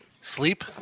Sleep